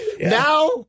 Now